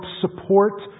support